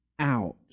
out